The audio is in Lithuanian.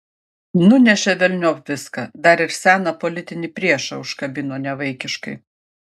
nunešė velniop viską dar ir seną politinį priešą užkabino nevaikiškai